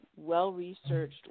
Well-researched